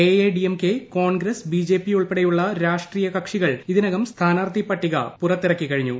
AI ADMK Congress BJP ഉൾപ്പെടെയുള്ള രാഷ്ട്രീയ കക്ഷികൾ ഇതിനകം സ്ഥാനാർത്ഥി പട്ടിക പുറത്തിറക്കി കഴിഞ്ഞു